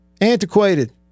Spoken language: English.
antiquated